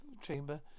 chamber